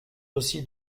aussi